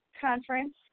conference